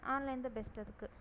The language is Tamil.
ஆன்லைன் தான் பெஸ்ட்டு அதுக்கு